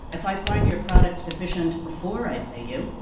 if i find your product deficient before i pay you,